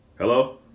Hello